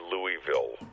Louisville